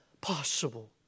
possible